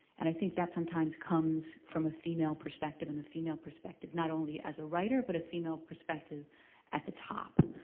and i think that sometimes comes from a female perspective and female perspective not only as a writer, but a female perspective at the top.